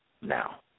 now